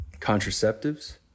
Contraceptives